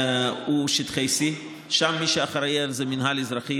הוא שטחי C. שם מי שאחראי על זה זה המינהל האזרחי,